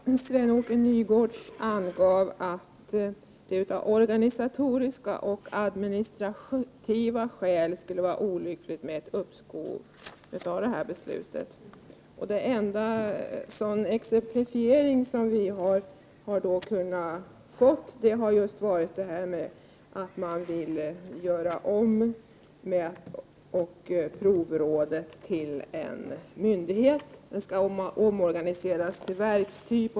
Herr talman! Sven-Åke Nygårds angav att det av organisatoriska och administrativa skäl skulle vara olyckligt med ett uppskov av beslutet. Det enda motiv som vi har kunnat få har varit att man vill göra om provrådet till en myndighet av verkstyp.